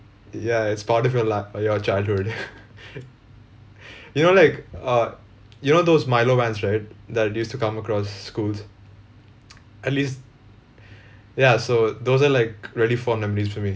ya it's part of your li~ uh your childhood you know like uh you know those Milo vans right that used to come across schools at least ya so those are like really fond memories for me